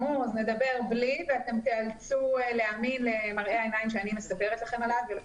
נדבר בלי מצגת ואתם תאלצו להאמין למראה העיניים שאני מספרת לכם עליו ולא